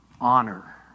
honor